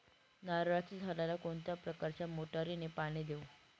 नारळाच्या झाडाला कोणत्या प्रकारच्या मोटारीने पाणी देऊ?